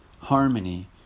harmony